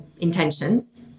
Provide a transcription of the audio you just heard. intentions